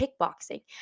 kickboxing